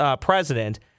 president